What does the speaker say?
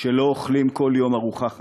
שלא אוכלים כל יום ארוחה חמה,